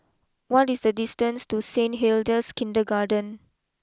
what is the distance to Saint Hildas Kindergarten